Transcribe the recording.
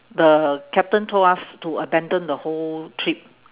the captain told us to abandon the whole trip